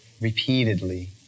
repeatedly